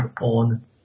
on